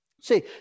See